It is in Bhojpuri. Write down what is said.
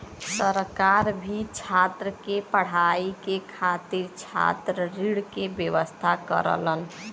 सरकार भी छात्र के पढ़ाई के खातिर छात्र ऋण के व्यवस्था करलन